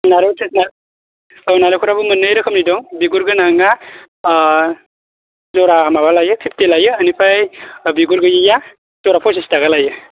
नारेंखलआ औ नारेंखलाबो मोननै रोखोमनि दं बिगुर गोनाङा जरा माबा लायो फिफ्टि लायो बेनिफ्राय बिगुर गैयैया जरा पसिस थाखा लायो